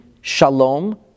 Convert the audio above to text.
shalom